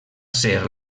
ser